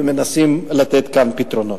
ומנסים לתת כאן פתרונות.